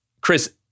Chris